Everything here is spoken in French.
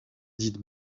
dite